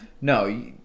No